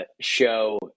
show